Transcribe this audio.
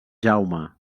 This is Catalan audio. jaume